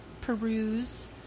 peruse